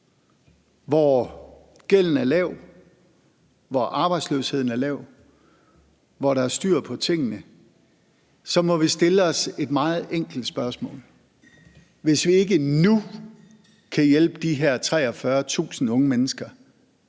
hvor arbejdsløsheden er lav, hvor der er styr på tingene, må vi stille os et meget enkelt spørgsmål: Hvis vi ikke nu kan hjælpe de her 43.000 unge mennesker